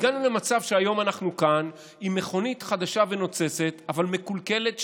הגענו למצב שהיום אנחנו כאן עם מכונית חדשה ונוצצת אבל מקולקלת,